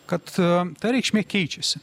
kad ta reikšmė keičiasi